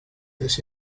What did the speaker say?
this